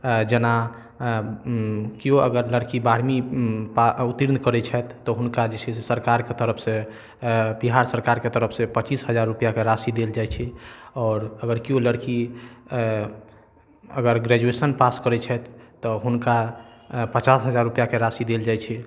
जेना केओ अगर लड़की बारहवीँ पास उत्तीर्ण करै छथि तऽ हुनका जे छै से सरकारके तरफ से बिहार सरकारके तरफ से पच्चीस हजार रुपैआके राशि देल जाइ छै आओर अगर केओ लड़की अगर ग्रेजुएशन पास करै छथि तऽ हुनका पचास हजार रुपैआके राशि देल जाइ छै